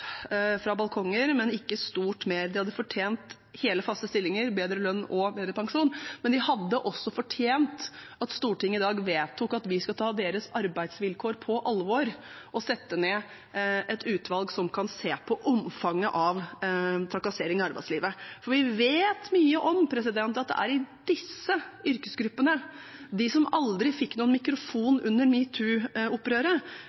fra balkonger, men ikke stort mer. De hadde fortjent hele faste stillinger, bedre lønn og bedre pensjon, men de hadde også fortjent at Stortinget i dag vedtok at vi skal ta deres arbeidsvilkår på alvor og sette ned et utvalg som kan se på omfanget av trakassering i arbeidslivet. Vi vet mye om at det er i disse yrkesgruppene, de som aldri fikk noen mikrofon